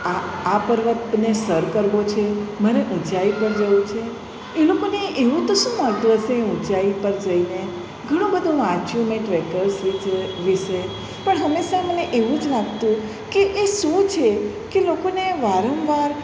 આ આ પર્વતને સર કરવો છે મને ઊંચાઈ પર જવું છે એ લોકોને એવું તો શું મળતું હશે એ ઊંચાઈ પર જઈને ઘણું બધું મેં વાંચ્યું ટ્રેકર્સ વિશે પણ હંમેશાં મને એવું જ લાગતું કે એ શું છે કે લોકોને વારંવાર